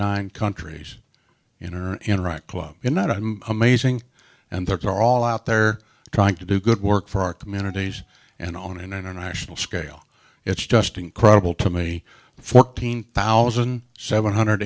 nine countries in or interact club in not an amazing and they're all out there trying to do good work for our communities and on an international scale it's just incredible to me fourteen thousand seven hundred